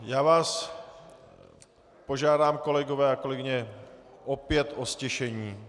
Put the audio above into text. Já vás požádám, kolegové a kolegyně opět o ztišení.